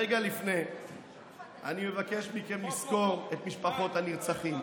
רגע לפני אני מבקש מכם לזכור את משפחות הנרצחים.